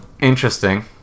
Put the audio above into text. Interesting